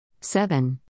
seven